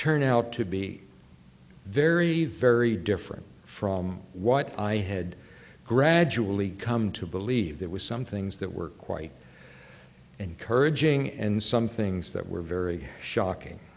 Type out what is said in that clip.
turned out to be very very different from what i had gradually come to believe there was some things that were quite encouraging and some things that were very shocking